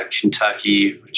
Kentucky